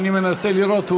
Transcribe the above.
כי אני מנסה לראות,